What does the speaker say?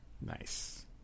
Nice